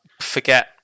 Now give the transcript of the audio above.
forget